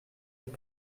est